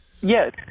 Yes